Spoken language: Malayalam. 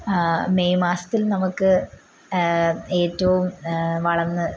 മെയ് മാസത്തിൽ നമുക്ക് ഏറ്റവും വളര്ന്ന്